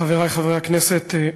חברי חברי הכנסת,